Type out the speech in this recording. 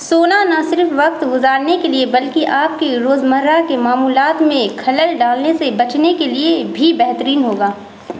سونا نہ صرف وقت گزارنے کے لیے بلکہ آپ کی روزمرہ کے معمولات میں خلل ڈالنے سے بچنے کے لیے بھی بہترین ہوگا